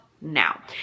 now